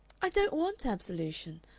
i don't want absolution.